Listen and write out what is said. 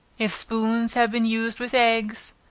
if spoons have been used with eggs,